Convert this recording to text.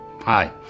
Hi